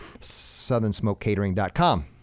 southernsmokecatering.com